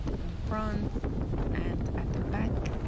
and front and at the back